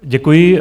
Děkuji.